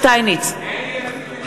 (קוראת בשמות חברי הכנסת) יובל שטייניץ,